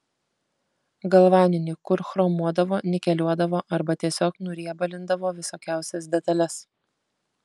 galvaninį kur chromuodavo nikeliuodavo arba tiesiog nuriebalindavo visokiausias detales